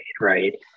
right